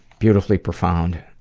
beautifully profound.